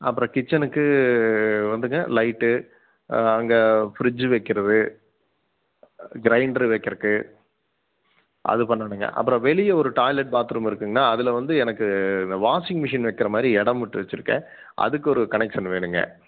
அப்புறம் கிச்சனுக்கு வந்துங்க லைட்டு அங்கே ஃபிரிட்ஜ்ஜு வைக்கிறது கிரைண்டர் வைக்கிறதுக்கு அது பண்ணனுங்க அப்புறம் வெளியில் ஒரு டாய்லெட் பாத்ரூம் இருக்குங்கண்ணா அதில் வந்து எனக்கு இந்த வாஷிங் மெஷின் வைக்கிற மாதிரி இடம் விட்டு வச்சுருக்கேன் அதுக்கு ஒரு கனெக்ஷன் வேணுங்க